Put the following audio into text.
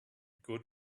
good